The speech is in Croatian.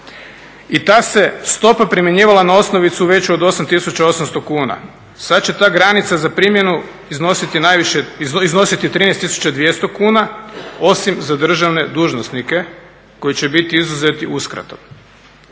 i ta se stopa primjenjivala na osnovicu veću od 8800 kuna. Sad će ta granica za primjenu iznositi 13,200 kuna, osim za državne dužnosnike koji će biti izuzeti uskratom.